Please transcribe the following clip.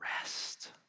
rest